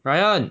brian